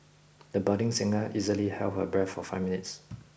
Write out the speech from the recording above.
the budding singer easily held her breath for five minutes